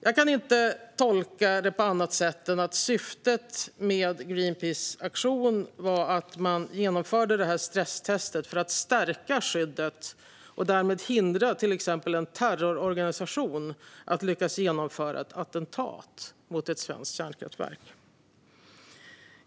Jag kan inte tolka det på annat sätt än att syftet med Greenpeaces aktion var att genomföra ett stresstest för att stärka skyddet och därmed hindra till exempel en terrororganisation att lyckas genomföra ett attentat mot ett svenskt kärnkraftverk.